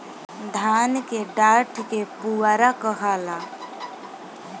धान के डाठ के पुआरा कहाला